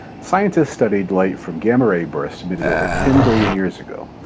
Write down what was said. scientists studied light from gamma ray bursts emitted over ten billion years ago.